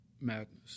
madness